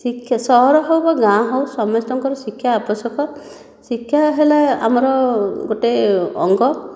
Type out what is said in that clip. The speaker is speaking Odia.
ସହର ହେଉ ବା ଗାଁ ହେଉ ସମସ୍ତଙ୍କର ଶିକ୍ଷା ଆବଶ୍ୟକ ଶିକ୍ଷା ହେଲା ଆମର ଗୋଟିଏ ଅଙ୍ଗ